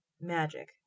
magic